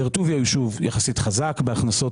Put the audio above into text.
באר טוביה הוא ישוב יחסית חזק בהכנסות